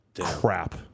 Crap